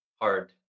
hard